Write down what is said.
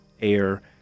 air